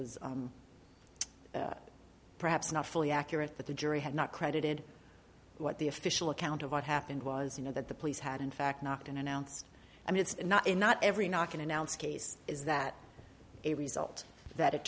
was perhaps not fully accurate but the jury had not credited what the official account of what happened was you know that the police had in fact not been announced i mean it's not in not every knock and announce case is that a result that it